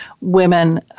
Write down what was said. women